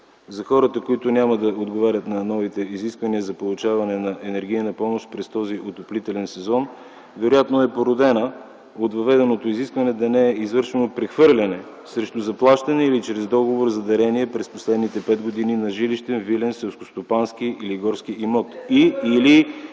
за хората, които няма да отговарят на новите изисквания за получаване на енергийна помощ през този отоплителен сезон, вероятно е породена от въведеното изискване да не е извършено прехвърляне срещу заплащане или чрез договор за дарение през последните пет години на жилищен, вилен, селскостопански или горски имот